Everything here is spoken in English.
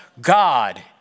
God